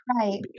Right